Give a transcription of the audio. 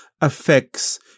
affects